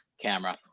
Camera